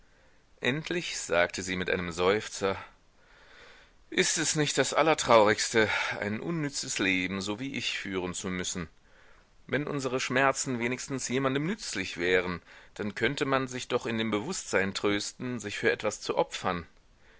endlich sagte sie mit einem seufzer ist es nicht das allertraurigste ein unnützes leben so wie ich führen zu müssen wenn unsere schmerzen wenigstens jemandem nützlich wären dann könnte man sich doch in dem bewußtsein trösten sich für etwas zu opfern